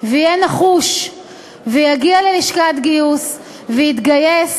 ויהיה נחוש ויגיע ללשכת גיוס ויתגייס,